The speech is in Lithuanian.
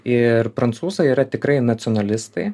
ir prancūzai yra tikrai nacionalistai